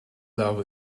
love